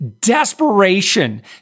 desperation